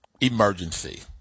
emergency